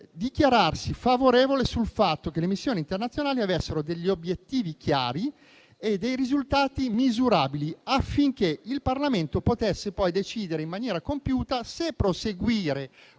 dichiarò favorevole rispetto al fatto che le missioni internazionali avessero obiettivi chiari e risultati misurabili, affinché il Parlamento potesse poi decidere in maniera compiuta se prorogare